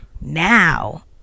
Now